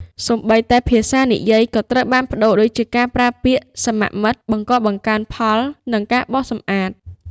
សូម្បីតែភាសានិយាយក៏ត្រូវបានប្តូរ ដូចជាការប្រើពាក្យ "សមមិត្ត" "បង្កបង្កើនផល" និង "បោសសម្អាត"។